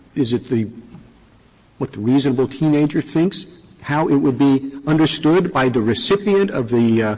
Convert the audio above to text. is it the what the reasonable teenager thinks how it would be understood by the recipient of the yeah